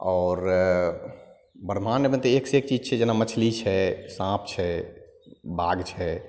आओर ब्रह्माण्डमे तऽ एक से एक चीज छै जे जेना मछली छै साँप छै बाघ छै